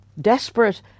desperate